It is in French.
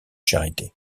charité